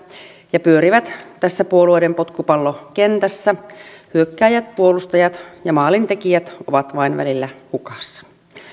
ja pyörivät tässä puolueiden potkupallokentässä hyökkääjät puolustajat ja maalintekijät ovat vain välillä hukassa